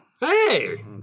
Hey